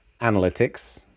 analytics